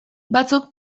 batzuk